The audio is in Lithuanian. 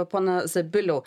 pone zabiliau